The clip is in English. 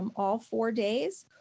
um all four days,